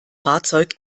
fahrzeug